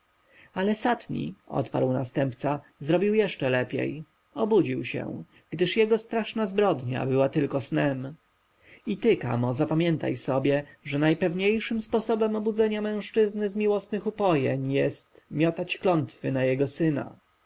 ale satni odparł następca zrobił jeszcze lepiej obudził się gdyż jego straszna zbrodnia była tylko snem i ty kamo zapamiętaj sobie że najpewniejszym sposobem obudzenia mężczyzny z miłosnych upojeń jest miotać klątwy na jego syna